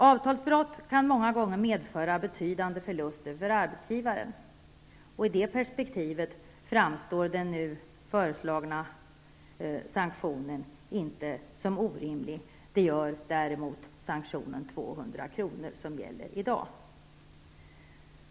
Avtalsbrott kan många gånger medföra betydande förluster för arbetsgivaren. I det perspektivet framstår den nu föreslagna sanktionen inte som orimlig. Det gör däremot sanktionen 200 kr. som gäller i dag.